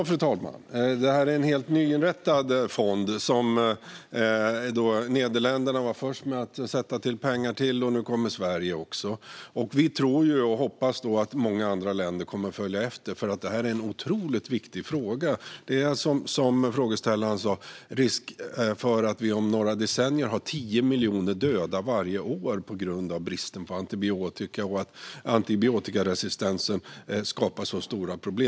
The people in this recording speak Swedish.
Fru talman! Detta är en helt nyinrättad fond som Nederländerna var först med att sätta till pengar till, och nu kommer Sverige också. Vi tror och hoppas att många andra länder kommer att följa efter, för detta är en otroligt viktig fråga. Som frågeställaren sa finns det en risk för att vi om några decennier har 10 miljoner döda varje år på grund av bristen på antibiotika och att antibiotikaresistens skapar stora problem.